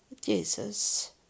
Jesus